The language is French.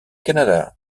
canada